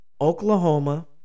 Oklahoma